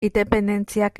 independentziak